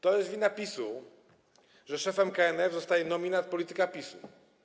To jest wina PiS-u, że szefem KNF zostaje nominat polityka PiS-u.